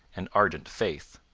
and ardent faith.